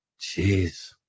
Jeez